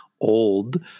old